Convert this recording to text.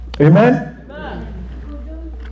Amen